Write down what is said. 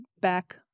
back